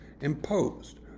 imposed